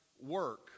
work